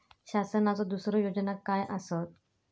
शासनाचो दुसरे योजना काय आसतत?